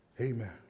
amen